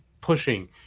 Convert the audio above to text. pushing